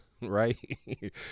right